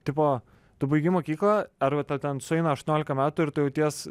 tipo tu baigi mokyklą arba tau ten sueina aštuoniolika metų ir tu jauties